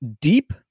deep